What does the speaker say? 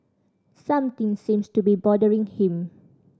something seems to be bothering him